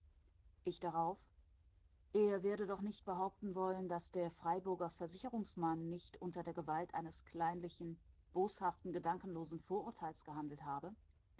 ich darauf er werde doch nicht behaupten wollen daß der freiburger versicherungsmann nicht unter der gewalt eines kleinlichen boshaften gedankenlosen vorurteils gehandelt habe